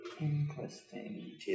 interesting